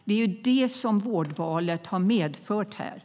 Det är det som vårdvalet har medfört.